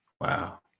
wow